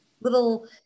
little